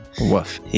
Woof